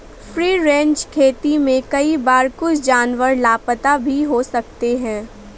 free range खेती में कई बार कुछ जानवर लापता भी हो सकते हैं